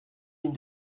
ihn